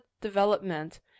development